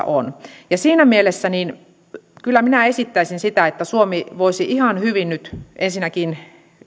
on siinä mielessä minä kyllä esittäisin että suomi voisi ihan hyvin nyt ensinnäkin